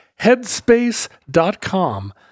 headspace.com